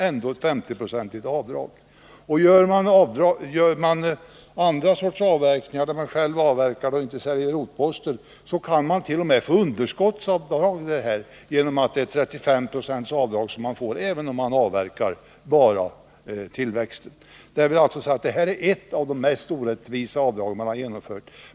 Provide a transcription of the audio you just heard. Avverkar man själv i stället för att sälja rotposter kan man t.o.m. få underskottsavdrag genom ett 30-procentigt avdrag på likviden, även om man avverkar bara tillväxten. Det är ett av de mest orättvisa avdrag man har genomfört.